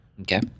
Okay